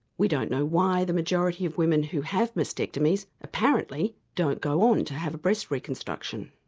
we don't know why the majority of women who have mastectomies apparently don't go on to have a breast reconstruction.